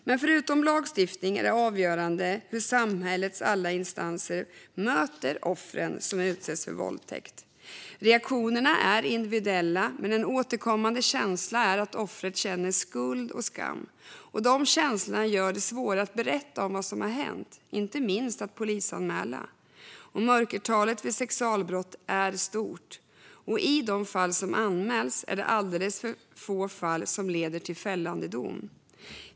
Men förutom lagstiftning är det avgörande hur samhällets alla instanser möter offren som utsatts för våldtäkt. Reaktionerna är individuella, men en återkommande känsla är att offret känner skuld och skam. De känslorna gör det svårare att berätta om vad som har hänt, inte minst att polisanmäla. Mörkertalet vid sexualbrott är stort, och av de fall som anmäls är det alldeles för få som leder till fällande dom.